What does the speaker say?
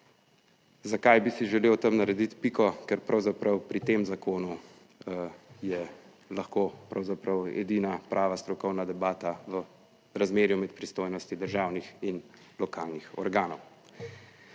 Zakaj bi si želel tam narediti piko? Ker pravzaprav pri tem zakonu je lahko pravzaprav edina prava strokovna debata v razmerju med pristojnosti državnih in lokalnih organov.